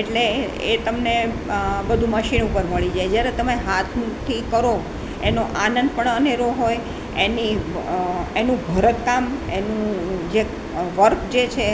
એટલે એ તમને બધું મશીન ઉપર મળી જાય જ્યારે તમે હાથથી કરો એનો આનંદ પણ અનેરો હોય એની એનું ભરત કામ એનું જે વર્ક જે છે